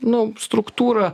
nu struktūra